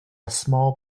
small